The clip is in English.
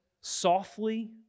softly